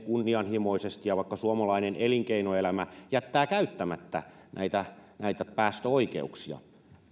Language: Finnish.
kunnianhimoisesti ja vaikka suomalainen elinkeinoelämä jättää käyttämättä näitä näitä päästöoikeuksia